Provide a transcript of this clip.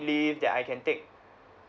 leave that I can take